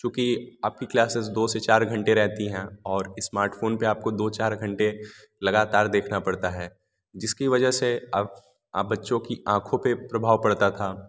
चूँकि आपकी क्लासेस दो से चार घंटे रहती हैं और इस्मार्टफ़ोन पर आपको दो चार घंटे लगातार देखना पड़ता है जिसकी वजह से अब अब बच्चों की आँखों पे प्रभाव पड़ता था